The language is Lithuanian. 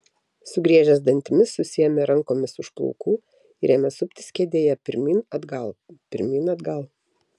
sugriežęs dantimis susiėmė rankomis už plaukų ir ėmė suptis kėdėje pirmyn atgal pirmyn atgal